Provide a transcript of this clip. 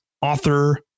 author